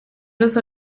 los